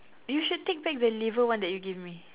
you should take back the liver one that you give me